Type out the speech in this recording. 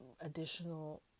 Additional